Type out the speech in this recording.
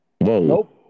Nope